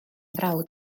frawd